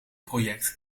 project